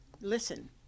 listen